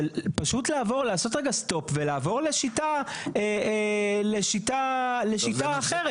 של פשוט לעבור, לעשות רגע stop ולעבור לשיטה אחרת.